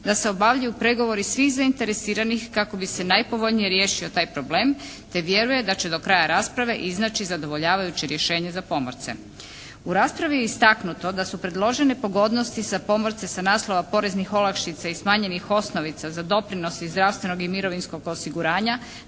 da se obavljaju pregovori svih zainteresiranih kako bi se najpovoljnije riješio taj problem te vjeruje da će do kraja rasprave iznaći zadovoljavajuće rješenje za pomorce. U raspravi je istaknuto da su predložene pogodnosti za pomorce sa naslova poreznih olakšica i smanjenih osnovica za doprinos i zdravstvenog i mirovinskog osiguranja